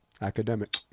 academic